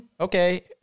Okay